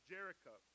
Jericho